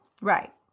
Right